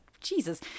Jesus